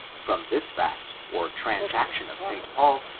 from this fact, or transaction of st. paul,